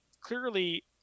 clearly